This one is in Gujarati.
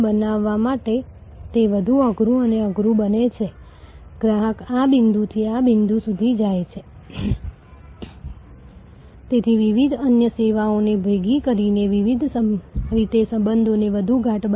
ગ્રાહક નિષ્પક્ષતાને માપવા અથવા જેને આપણે દરેક ગ્રાહકનું જીવન મૂલ્ય કહીએ છીએ તે મૂળભૂત રીતે સંપાદન આવક ઓછો ખર્ચ છે